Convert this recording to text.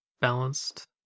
balanced